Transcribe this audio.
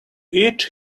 each